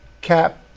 cap